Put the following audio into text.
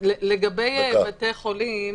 לגבי בתי חולים,